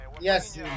Yes